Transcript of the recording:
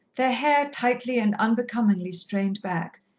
their hair tightly and unbecomingly strained back,